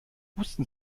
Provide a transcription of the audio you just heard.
wussten